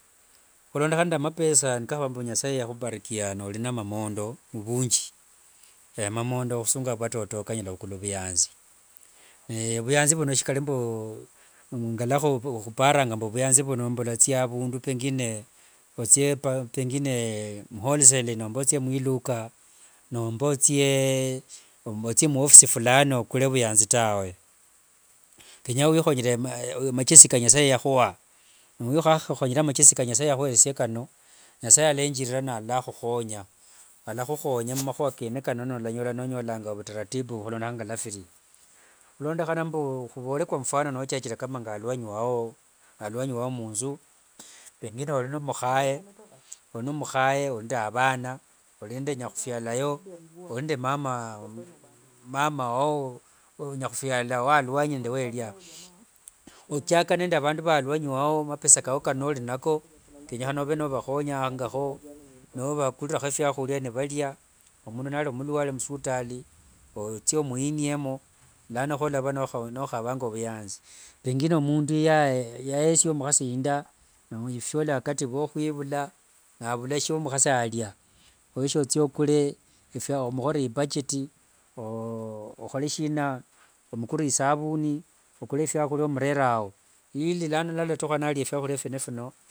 Khulondekhana nende mapesa na nasaye yakhubarikia noli na mangondo muvunji, ne mangondo muvwatoto kanyala khukula ovuyanzi. vuyanzi vuno shikali mbu ngaluakhuparanga mbu vuyanzi vuno mbu walathia avundu pengine muwholesale, nomba othie mwiluka, nomba othie mwofisi fulani okule muyanzi tawe. Kenya wekhonyere machesi kanyasaye yakhua. Niwakhekhonyera machesi kanyasaye yakhueresia kano, nasaye yalenjirira nakhukhonya. Yalakhukhonya khumakhua kene kano nolanyola nonyolanga vutaratubu khulondekhana ngafiri. Khulondekhana mbu khuvola nochachire ngaluanyi wao, aluanyi wao munzu, pengine olinemukhaye olinemukhaye olinende avana, olinende nyakhufialayo, olinende mama mamawo nyakhufialayo aluanyi nende welia. Ochaka nende vandu valia aluanyi wao. Mapesa kano novambu uniinako, kenyekhana ove novakhonyangakho, novakaririrakho fwahulia nivalia. Omundu nali musivitali othie omuiniemo lano khuwalava nokhavanga vuyanzi. Pengine mundu yayeresia mukhasi indaa, neshiola wakati wa khwivula navula shia mukhasi alia, okhoyeshe othie okule efia, omukhorere ibudget okholesina, omukurire isabuni, okule shiakhulia omurererao ili nslatukha nalia fiskhulia fiene phino.